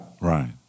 Right